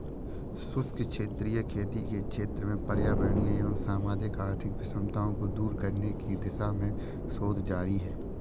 शुष्क क्षेत्रीय खेती के क्षेत्र में पर्यावरणीय एवं सामाजिक आर्थिक विषमताओं को दूर करने की दिशा में शोध जारी है